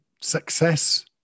success